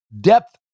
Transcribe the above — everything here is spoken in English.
depth